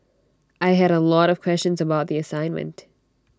I had A lot of questions about the assignment